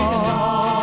star